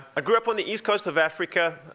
ah grew up on the east coast of africa,